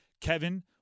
Kevin